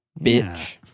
Bitch